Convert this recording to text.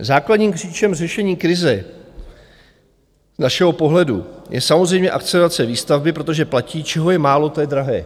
Základním klíčem řešení krize z našeho pohledu je samozřejmě akcelerace výstavby, protože platí, čeho je málo, to je drahé.